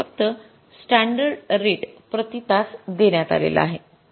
येथे फक्त standard rate प्रति तास देण्यात आलेला आहे